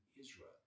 Israel